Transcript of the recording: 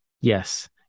Yes